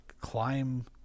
climb